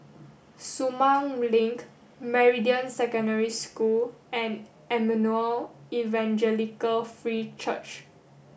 Sumang Link Meridian Secondary School and Emmanuel Evangelical Free Church